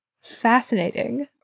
fascinating